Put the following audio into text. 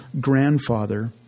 grandfather